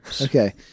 Okay